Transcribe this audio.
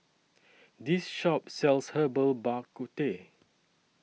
This Shop sells Herbal Bak Ku Teh